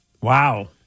Wow